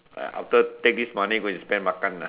ah after take this money go and spend makan lah